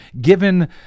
Given